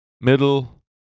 middle